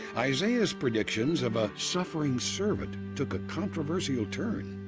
isaiah's predictions of a suffering servant took a controversial turn.